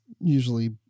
usually